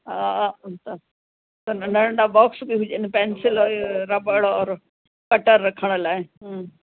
हा उन त त नंढा नंढा बॉक्स बि हुजेनि पैंसिल हो ये रॿड़ और कटर रखण लाइ हम्म